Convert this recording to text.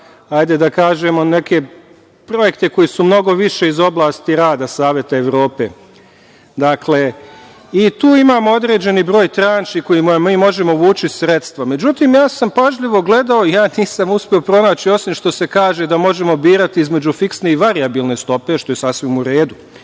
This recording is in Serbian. neke konkurse za neke projekte koji su mnogo više iz oblasti rada Saveta Evrope. Tu imamo određeni broj tranši kojima mi možemo vući sredstva.Međutim, ja sam pažljivo gledao i nisam uspeo pronaći, osim, što se kaže, da možemo birati između fiksne i varijabilne stope, što je sasvim u redu